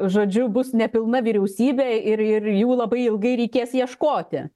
žodžiu bus nepilna vyriausybė ir ir jų labai ilgai reikės ieškoti